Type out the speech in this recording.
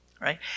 right